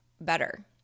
better